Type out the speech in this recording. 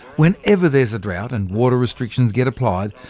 whenever there's a drought, and water restrictions get applied,